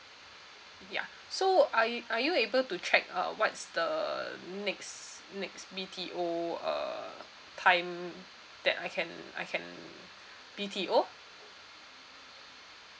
ya so are you are you able to check uh what's the next next B_T_O uh time that I can I can B_T_O